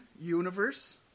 Universe